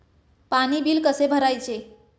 पाणी बिल कसे भरायचे?